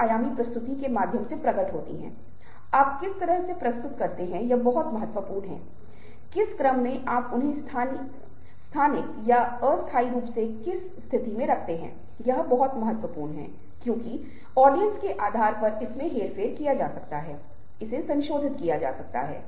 तो हम कई उपकरणों का उपयोग करके इन चीजों की पहचान करने में सक्षम होंगे और मैं इस बात से बहुत उत्साहित हूं कि आप कैसे प्रतिक्रिया देते हैं और ये चेहरे की अभिव्यक्ति से संबंधित हैं साथ ही मुद्राएं और हावभाव भी महत्त्वपूर्ण हैं क्योंकि आप देखते हैं कि झूठ बोलने की क्षमता आपकी इंद्रियों को नियंत्रित करने की आपकी क्षमता पर निर्भर करती है